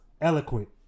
eloquent